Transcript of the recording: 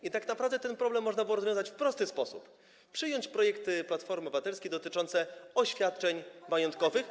I tak naprawdę ten problem można było rozwiązać w prosty sposób: przyjąć projekty Platformy Obywatelskiej dotyczące oświadczeń majątkowych.